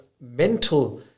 mental